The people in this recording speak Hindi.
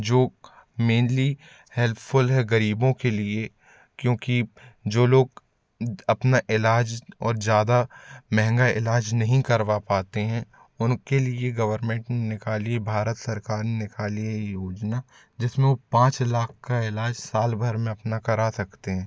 जो मेनली हेल्पफुल है गरीबों के लिए क्योंकि जो लोग अपना इलाज और ज़्यादा महँगा इलाज नहीं करवा पाते हैं उनके लिए गवर्मेंट ने निकाली भारत सरकार ने निकाली है ये योजना जिसमें वो पाँच लाख का इलाज साल भर मे अपना करा सकते हैं